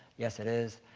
yes, it is.